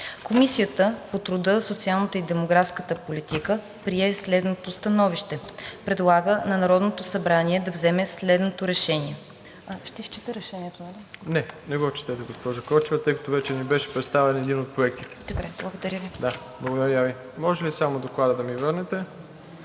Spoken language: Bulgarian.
Комисията по труда, социалната и демографската политика прие следното становище: Предлага на Народното събрание да вземе следното решение…“